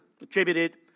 attributed